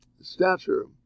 stature